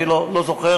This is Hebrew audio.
אני לא זוכר,